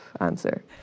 answer